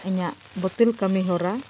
ᱤᱧᱟᱹᱜ ᱵᱟᱹᱛᱤᱞ ᱠᱟᱹᱢᱤᱦᱚᱨᱟ